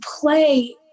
play